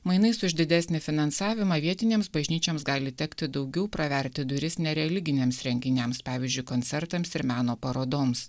mainais už didesnį finansavimą vietinėms bažnyčioms gali tekti daugiau praverti duris nereliginiams renginiams pavyzdžiui koncertams ir meno parodoms